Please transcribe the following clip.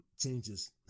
changes